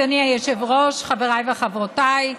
אדוני היושב-ראש, חבריי וחברותיי,